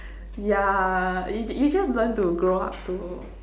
yeah you just learn to grow up to